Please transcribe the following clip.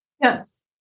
Yes